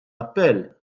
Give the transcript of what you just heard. appell